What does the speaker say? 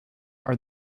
are